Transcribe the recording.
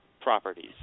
properties